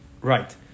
Right